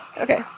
Okay